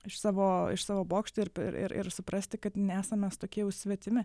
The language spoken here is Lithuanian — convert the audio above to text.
iš savo iš savo bokšto ir ir ir ir suprasti kad nesam mes tokie jau svetimi